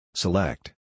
Select